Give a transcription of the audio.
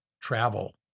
travel